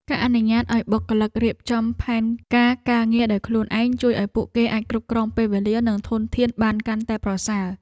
ការអនុញ្ញាតឱ្យបុគ្គលិករៀបចំផែនការការងារដោយខ្លួនឯង ជួយឱ្យពួកគេអាចគ្រប់គ្រងពេលវេលានិងធនធានបានកាន់តែប្រសើរ។